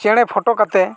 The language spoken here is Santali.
ᱪᱮᱬᱮ ᱠᱟᱛᱮᱫ